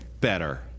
better